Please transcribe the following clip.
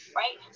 right